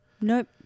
Nope